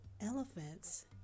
Elephants